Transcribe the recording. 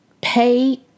pay